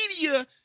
media